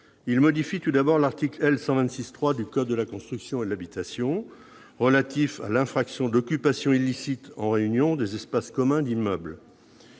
il modifie l'article L. 126-3 du code de la construction et de l'habitation, relatif à l'infraction d'occupation illicite en réunion des espaces communs d'immeuble.